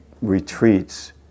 retreats